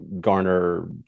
garner